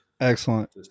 Excellent